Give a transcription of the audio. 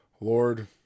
Lord